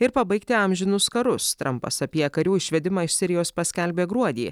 ir pabaigti amžinus karus trampas apie karių išvedimą iš sirijos paskelbė gruodį